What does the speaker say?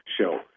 show